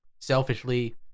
selfishly